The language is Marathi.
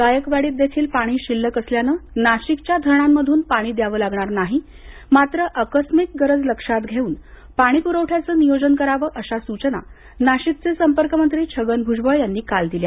जायकवाडीत देखील पाणी शिल्लक असल्यानं नाशिकच्या धरणांमधून पाणी द्यावं लागणार नाही मात्र आकस्मिक गरज लक्षात घेऊन पाणी पुरवठ्याचं नियोजन करावं अशा सूचना नाशिकचे संपर्कमंत्री छगन भुजबळ यांनी काल दिल्या